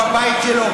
וישלם מכיסו.